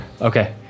Okay